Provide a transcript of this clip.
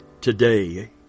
Today